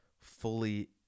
fully